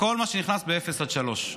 כל מה שנכנס באפס עד שלוש,